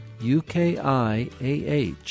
UKIAH